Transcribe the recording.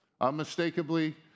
unmistakably